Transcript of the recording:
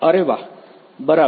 અરે વાહ બરાબર